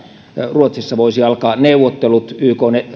ruotsissa voisivat alkaa neuvottelut ykn